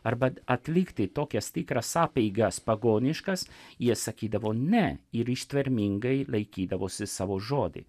arba atlikti tokias tikras apeigas pagoniškas jie sakydavo ne ir ištvermingai laikydavosi savo žodį